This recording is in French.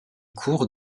cours